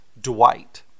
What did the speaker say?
Dwight